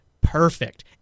perfect